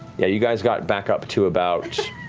yeah you guys got back up to about,